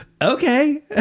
Okay